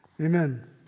Amen